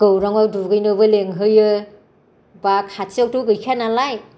गौराङाव दुगैनोबो लिंहैयो बा खाथियावथ' गैखाया नालाय